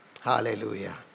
Hallelujah